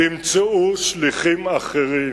תמצאו שליחים אחרים.